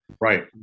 Right